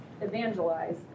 evangelize